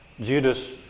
Judas